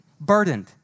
burdened